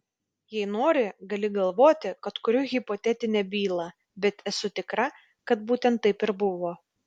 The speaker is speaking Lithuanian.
jei nori gali galvoti kad kuriu hipotetinę bylą bet esu tikra kad būtent taip ir buvo